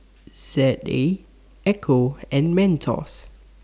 Z A Ecco and Mentos